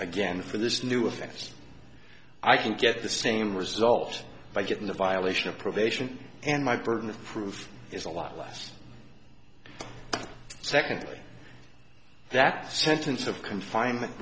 again for this new offense i can get the same result by getting a violation of probation and my burden of proof is a lot less secondly that sentence of confinement